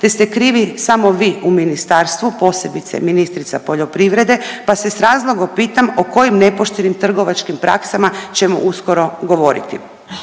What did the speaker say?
te ste krivi samo vi u ministarstvu, posebice ministrica poljoprivrede pa se s razlogom pitam o kojim nepoštenim trgovačkim praksama ćemo uskoro govoriti.